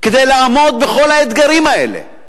כדי לעמוד בכל האתגרים האלה.